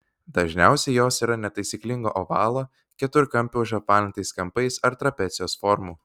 dažniausiai jos yra netaisyklingo ovalo keturkampio užapvalintais kampais ar trapecijos formų